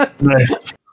Nice